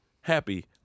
Happy